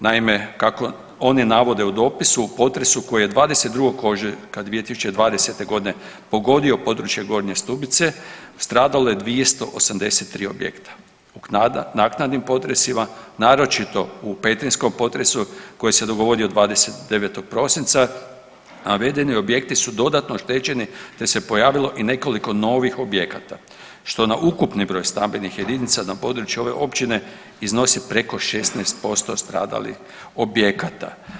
Naime, kako oni navode u dopisu u potresu koji je 22. ožujka 2020. godine pogodio područje Gornje Stubice stradalo je 283 objekta, u naknadnim potresima naročito u petrinjskom potresu koji se dogodio 29. prosinca navedeni su objekti dodatno oštećeni te se pojavilo i nekoliko novih objekata što na ukupni broj stambenih jedinica na području ove općine iznosi preko 16% stradalih objekata.